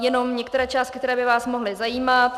Jenom některé částky, které by vás mohly zajímat.